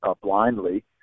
blindly